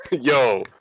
Yo